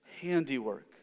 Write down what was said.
handiwork